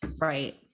Right